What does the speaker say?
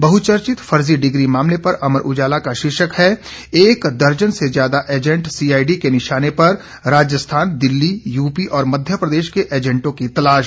बहुचर्चित फर्जी डिग्री मामले पर अमर उजाला का शीर्षक है एक दर्जन से ज्यादा एजेंट सीआईडी के निशाने पर राजस्थान दिल्ली यूपी और मध्यप्रेदश के एजेंटों की तलाश